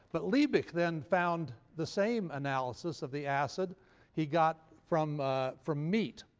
but liebig then found the same analysis of the acid he got from from meat,